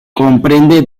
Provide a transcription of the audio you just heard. comprende